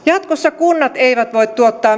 jatkossa kunnat eivät voi